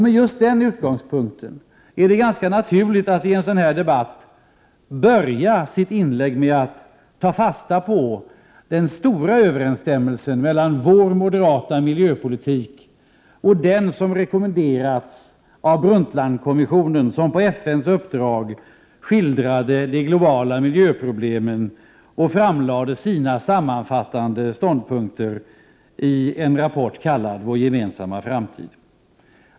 Med just den utgångspunkten är det ganska naturligt att i en sådan här debatt börja sitt inlägg med att ta fasta på den stora överensstämmelsen mellan vår moderata miljöpolitik och den som rekommenderats av Brundtlandkommissionen, som på FN:s uppdrag skildrade de globala miljöproblemen och framlade sina sammanfattande ståndpunkter i en rapport kallad Vår gemensamma framtid.